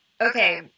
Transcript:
okay